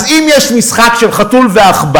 אז אם יש משחק של חתול ועכבר,